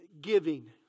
Giving